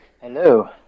Hello